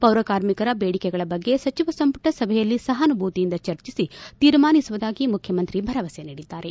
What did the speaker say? ಪೌರ ಕಾರ್ಮಿಕರ ಬೇಡಿಕೆಗಳ ಬಗ್ಗೆ ಸಚಿವ ಸಂಪುಟ ಸಭೆಯಲ್ಲಿ ಸಹಾನುಭೂತಿಯಿಂದ ಚರ್ಚಿಸಿ ತೀರ್ಮಾನಿಸುವುದಾಗಿ ಮುಖ್ಯಮಂತ್ರಿ ಭರವಸೆ ನೀಡಿದ್ದಾರೆ